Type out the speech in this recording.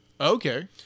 Okay